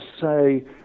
say